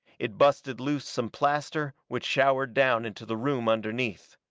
it busted loose some plaster, which showered down into the room underneath.